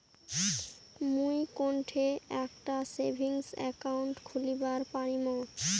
মুই কোনঠে একটা সেভিংস অ্যাকাউন্ট খুলিবার পারিম?